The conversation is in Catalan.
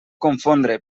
confondre